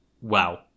wow